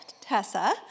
Tessa